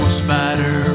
spider